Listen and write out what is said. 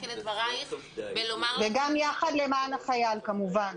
וגם "יחד למען החייל" כמובן.